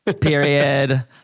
Period